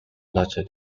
larger